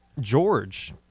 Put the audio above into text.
George